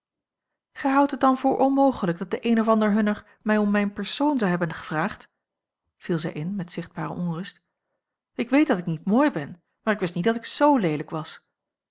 gij houdt het dan voor onmogelijk dat de een of andere hunner mij om mijn persoon zou hebben gevraagd viel zij in met zichtbare onrust ik weet dat ik niet mooi ben maar ik wist niet dat ik z leelijk was